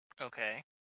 Okay